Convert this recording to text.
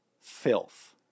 filth